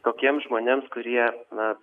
tokiems žmonėms kurie na